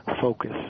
focus